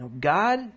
God